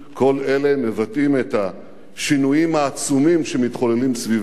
כל אלה מבטאים את השינויים העצומים שמתחוללים סביבנו.